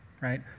right